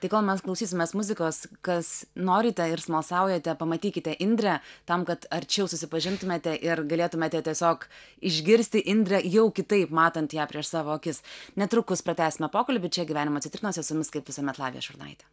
tai kol mes klausysimės muzikos kas norite ir smalsaujate pamatykite indrę tam kad arčiau susipažintumėte ir galėtumėte tiesiog išgirsti indrę jau kitaip matant ją prieš savo akis netrukus pratęsime pokalbį čia gyvenimo citrinos ir su jumis kaip visuomet lavija šurnaitė